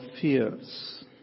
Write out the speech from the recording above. fears